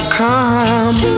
come